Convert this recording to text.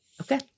Okay